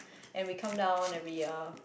and we countdown every year